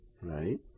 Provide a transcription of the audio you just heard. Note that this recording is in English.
Right